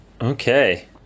Okay